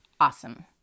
awesome